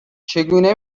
چگونه